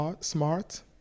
smart